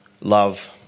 love